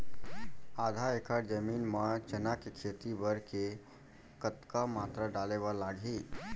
आधा एकड़ जमीन मा चना के खेती बर के कतका मात्रा डाले बर लागही?